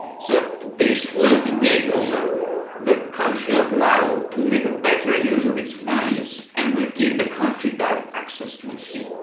so this will enable the country of laos to make a better use of its mines and will give the country direct access to the sea.